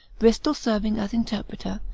bristol serving as interpreter,